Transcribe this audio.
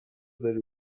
داری